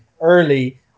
early